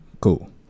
Cool